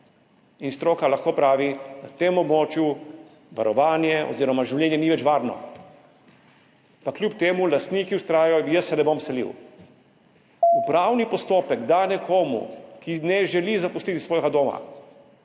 In stroka lahko pravi, da na tem območju življenje ni več varno. Pa kljub temu lastniki vztrajajo, »jaz se ne bom selil«. Upravni postopek, da nekoga, ki ne želi zapustiti svojega doma,